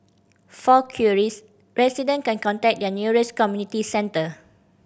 for queries resident can contact their nearest community centre